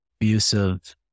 abusive